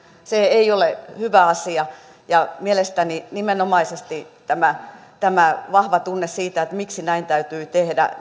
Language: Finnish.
se ei ole hyvä asia mielestäni nimenomaisesti tämä tämä vahva tunne siitä miksi näin täytyy tehdä